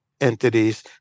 entities